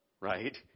right